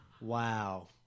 Wow